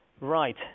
Right